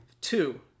two